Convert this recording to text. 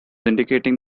indicating